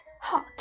Hot